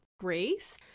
Grace